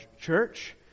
church